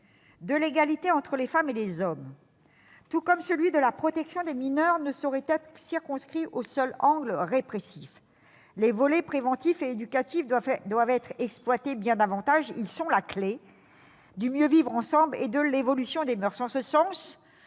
de l'égalité entre les femmes et les hommes, tout comme celui de la protection des mineurs, ne saurait être circonscrit au seul angle répressif. Les volets préventif et éducatif doivent être exploités bien davantage. Ils sont la clé du mieux vivre ensemble et de l'évolution des moeurs.